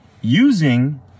using